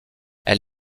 elle